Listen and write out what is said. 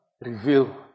reveal